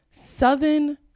southern